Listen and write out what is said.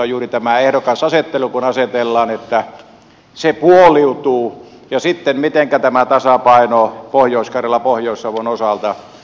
on juuri tämä ehdokasasettelu kun asetellaan se puoliutuu ja sitten mitenkä on tämä tasapaino pohjois karjalan pohjois savon osalta